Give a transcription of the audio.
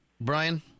Brian